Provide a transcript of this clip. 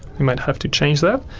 you might have to change that.